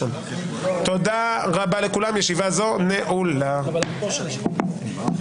הישיבה ננעלה בשעה 11:41.